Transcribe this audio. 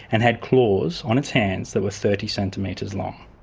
and had claws on its hands that were thirty centimetres long.